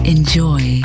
Enjoy